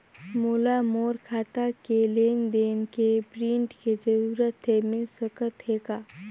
मोला मोर खाता के लेन देन के प्रिंट के जरूरत हे मिल सकत हे का?